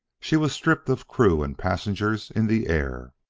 she was stripped of crew and passengers in the air.